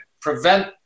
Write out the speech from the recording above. prevent